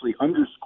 underscore